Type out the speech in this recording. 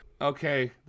Okay